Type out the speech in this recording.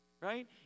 Right